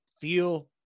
feel